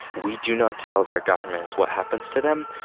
we do not tell their governments what happens to them,